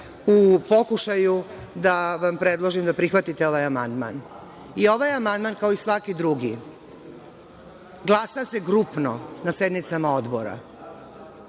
u pokušaju da vam predložim da prihvatite ovaj amandman, i ovaj amandman, kao i svaki drugi, glasa se grupno na sednicama odbora,